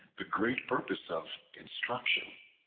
the great purpose of instruction,